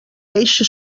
eixe